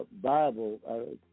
Bible